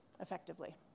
effectively